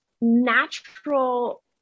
natural